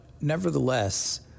nevertheless